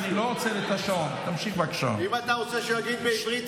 אני רוצה להגיד משהו,